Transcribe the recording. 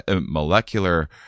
molecular